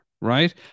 right